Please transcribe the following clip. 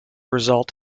result